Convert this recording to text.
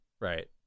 right